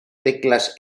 teclas